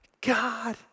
God